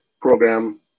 program